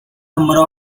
number